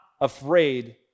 afraid